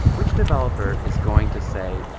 which developer is going to say,